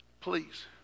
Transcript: please